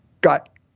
got